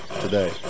today